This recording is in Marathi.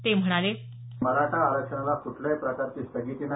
ते म्हणाले मराठा आरक्षणाला कुठल्याही प्रकारची स्थगिती नाही